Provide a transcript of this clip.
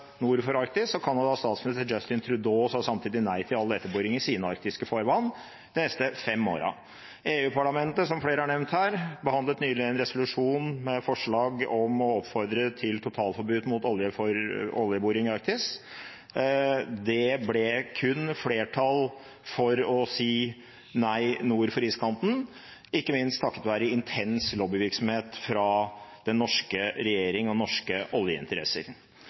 nord for Arktis, og Canadas statsminister Justin Trudeau sa samtidig nei til all leteboring i sine arktiske farvann de neste fem årene. EU-parlamentet, som flere har nevnt her, behandlet nylig en resolusjon med forslag om å oppfordre til totalforbud mot oljeboring i Arktis. Det ble kun flertall for å si nei nord for iskanten, ikke minst takket være intens lobbyvirksomhet fra den norske regjering og norske oljeinteresser.